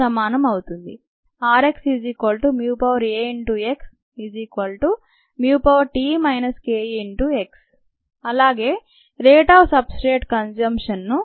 rxAxT kex అలాగే rate of substrate consume ను